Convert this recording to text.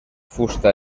fusta